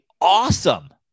awesome